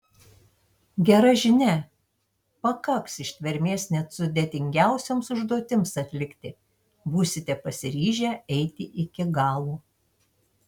gera žinia pakaks ištvermės net sudėtingiausioms užduotims atlikti būsite pasiryžę eiti iki galo